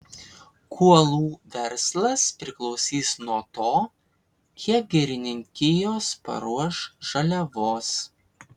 kuolų verslas priklausys nuo to kiek girininkijos paruoš žaliavos